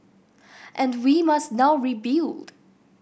and we must now rebuild